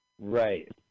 right